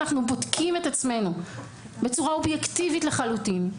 אנחנו בודקים את עצמנו בצורה אובייקטיבית לחלוטין.